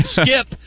Skip